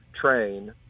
train